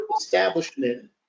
establishment